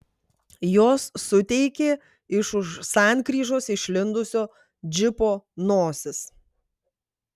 jos suteikė iš už sankryžos išlindusio džipo nosis